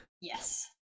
Yes